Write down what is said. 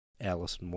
Alice